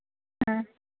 ആ